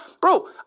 bro